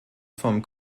vom